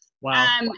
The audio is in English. Wow